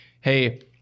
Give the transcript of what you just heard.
hey